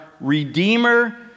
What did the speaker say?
redeemer